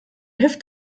hilft